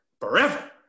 forever